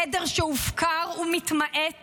עדר שהופקר ומתמעט